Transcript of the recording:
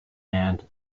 and